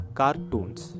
cartoons